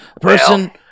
person